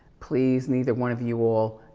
please, neither one of you all,